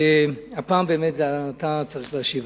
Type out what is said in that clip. הפעם באמת אתה צריך להשיב.